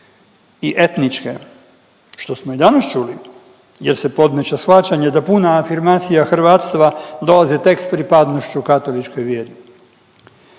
i etničke, što smo i danas čuli, jer se podmeće shvaćanja da puna afirmacija hrvatstva dolazi tek s pripadnošću katoličkoj vjeri.